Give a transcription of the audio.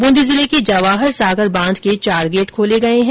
बूंदी जिले के जवाहर सागर डेम के चार गेट खोले गए हैं